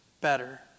better